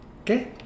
okay